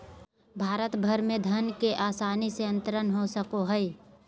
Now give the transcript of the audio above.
भारत भर में धन के आसानी से अंतरण हो सको हइ